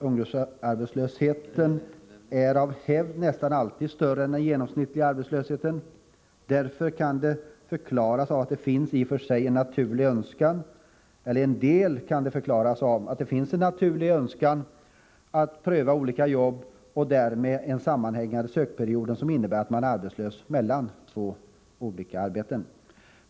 Ungdomsarbetslösheten är av hävd nästan alltid större än den genomsnittliga arbetslösheten. Delvis kan det förklaras av att det finns en i och för sig naturlig önskan att pröva olika jobb och en därmed sammanhängande sökperiod, som innebär att man är arbetslös mellan två olika arbeten.